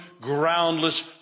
groundless